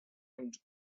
und